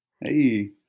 Hey